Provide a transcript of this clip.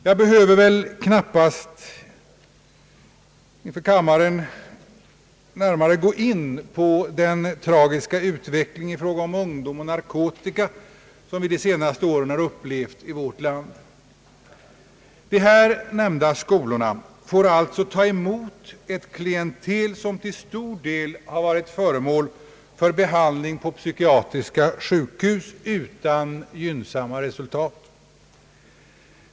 Jag behöver väl knappast närmare gå in på den tragiska utveckling i fråga om ungdomens bruk av narkotika som vi under de senaste åren har upplevt i vårt land. De nämnda skolorna får ta emot ett klientel som till stor del har varit föremål för behandling på psykiatriska sjukhus utan gynnsamt resultat.